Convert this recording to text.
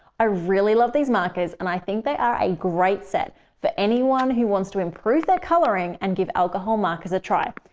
i really love these markers and i think they are a great set for anyone who wants to improve their coloring and give alcohol markers a try,